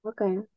Okay